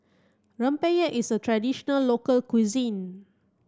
Rempeyek is a traditional local cuisine